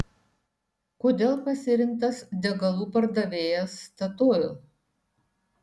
kodėl pasirinktas degalų pardavėjas statoil